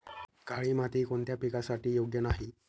काळी माती कोणत्या पिकासाठी योग्य नाही?